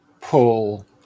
pull